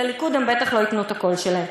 לליכוד הם בטח לא ייתנו את הקול שלהם.